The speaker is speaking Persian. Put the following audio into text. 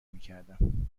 میکردم